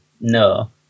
no